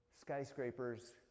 skyscrapers